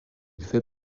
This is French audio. fait